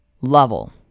level